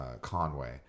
Conway